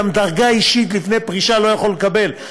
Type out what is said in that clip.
גם דרגה אישית לפני פרישה לא יכול לקבל.